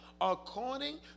according